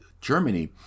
germany